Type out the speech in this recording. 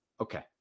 okay